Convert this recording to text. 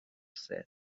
said